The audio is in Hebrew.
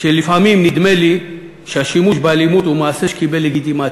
ולפעמים נדמה לי שהשימוש באלימות הוא מעשה שקיבל לגיטימציה.